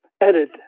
edit